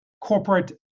corporate